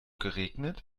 geregnet